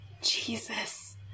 Jesus